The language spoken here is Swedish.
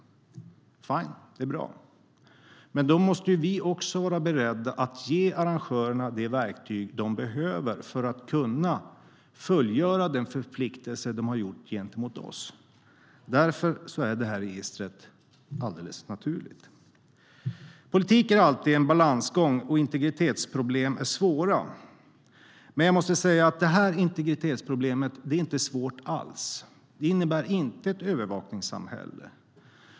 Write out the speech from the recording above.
Fine - det är bra - men då måste vi också vara beredda att ge arrangörerna det verktyg de behöver för att kunna fullgöra den förpliktelse de har åtagit sig gentemot oss. Därför är det här registret alldeles naturligt. Politik är alltid en balansgång, och integritetsproblem är svåra. Jag måste dock säga att det här integritetsproblemet inte är svårt alls. Det innebär inte ett övervakningssamhälle.